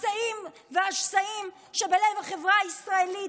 הפצעים והשסעים שבלב החברה הישראלית,